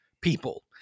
people